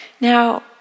Now